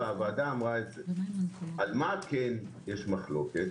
על מה כן יש מחלוקת